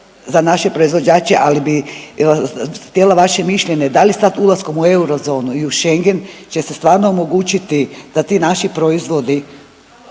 za naše proizvođače, ali bi htjela vaše mišljenje da li sad ulaskom u eurozonu i u Schengen će se stvarno omogućiti da ti naši proizvodi